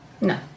no